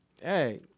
hey